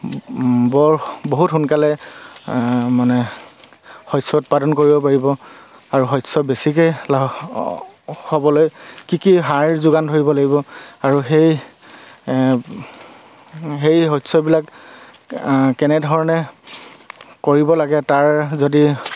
বৰ বহুত সোনকালে মানে শস্য উৎপাদন কৰিব পাৰিব আৰু শস্য বেছিকৈ লাভ হ'বলৈ কি কি সাৰ যোগান ধৰিব লাগিব আৰু সেই সেই শস্যবিলাক কেনেধৰণে কৰিব লাগে তাৰ যদি